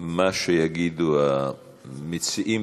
מה שיגידו המציעים.